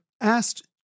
asked